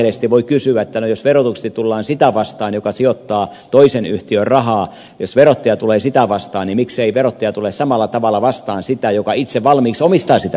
aiheellisesti voi kysyä että no jos verotuksellisesti tullaan sitä vastaan joka sijoittaa toisen yhtiöön rahaa jos verottaja tulee sitä vastaan niin miksei verottaja tule samalla tavalla vastaan sitä joka itse valmiiksi omistaa sitä yritystä